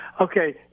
Okay